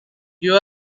you